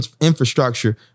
infrastructure